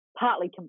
partly